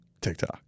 TikTok